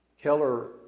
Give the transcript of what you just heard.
Keller